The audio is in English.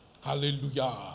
Hallelujah